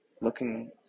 looking